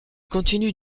continuent